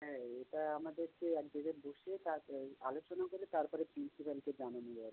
হ্যাঁ এটা আমাদেরকে এক জায়গায় বসে তারপর আলোচনা করে তারপরে প্রিন্সিপালকে জানানো দরকার